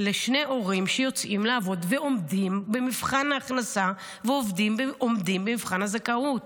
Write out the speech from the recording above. לשני הורים שיוצאים לעבוד ועומדים במבחן ההכנסה ועומדים במבחן הזכאות.